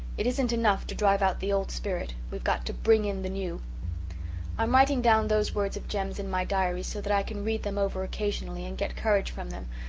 it isn't enough to drive out the old spirit we've got to bring in the new i'm writing down those words of jem's in my diary so that i can read them over occasionally and get courage from them,